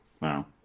Wow